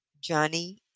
Johnny